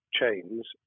chains